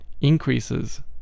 increases